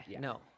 No